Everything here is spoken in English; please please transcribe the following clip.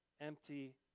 empty